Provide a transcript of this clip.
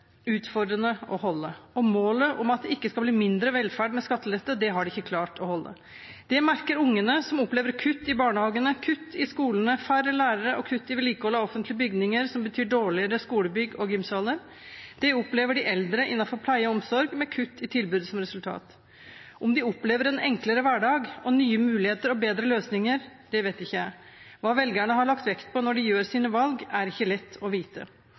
utfordrende, og målet om at det ikke skal bli mindre velferd med skattelette, har de ikke klart å nå. Det merker ungene, som opplever kutt i barnehagene, kutt i skolene, færre lærere og kutt i vedlikehold av offentlige bygninger, som betyr dårligere skolebygg og gymsaler. Det opplever de eldre innenfor pleie og omsorg, med kutt i tilbud som resultat. Om de opplever en enklere hverdag og nye muligheter og bedre løsninger, vet ikke jeg. Hva velgerne har lagt vekt på når de gjør sine valg, er ikke lett å vite.